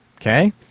Okay